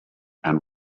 and